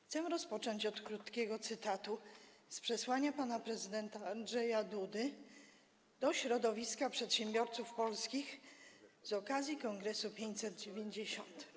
Chcę rozpocząć od krótkiego cytatu z przesłania pana prezydenta Andrzeja Dudy do środowiska przedsiębiorców polskich z okazji Kongresu 590: